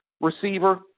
receiver